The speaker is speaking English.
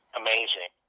amazing